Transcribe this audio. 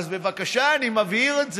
אז בבקשה, אני מבהיר את זה.